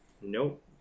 Nope